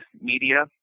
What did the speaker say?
media